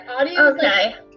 Okay